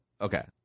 Okay